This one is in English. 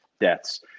deaths